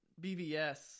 BBS